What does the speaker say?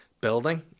building